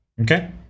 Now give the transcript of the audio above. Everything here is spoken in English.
Okay